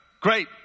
Great